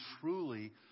truly